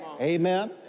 Amen